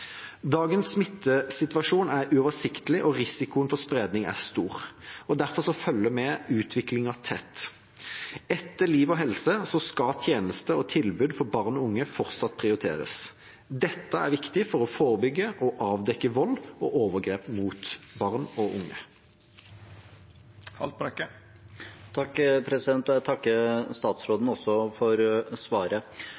Dagens smittesituasjon er uoversiktlig, og risikoen for spredning er stor. Derfor følger vi utviklingen tett. Etter liv og helse skal tjenester og tilbud for barn og unge fortsatt prioriteres. Dette er viktig for å forebygge og avdekke vold og overgrep mot barn og unge.